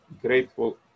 grateful